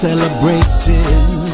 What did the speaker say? Celebrating